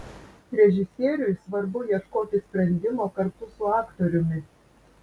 režisieriui svarbu ieškoti sprendimo kartu su aktoriumi